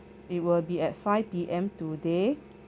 it will be at five P_M today